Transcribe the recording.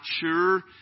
sure